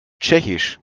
tschechisch